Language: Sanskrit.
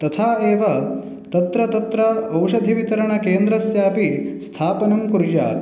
तथा एव तत्र तत्र औषधवितरणकेन्द्रस्यामपि स्थापनं कुर्यात्